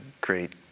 great